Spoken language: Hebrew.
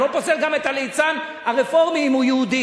אני לא פוסל גם את הליצן הרפורמי אם הוא יהודי.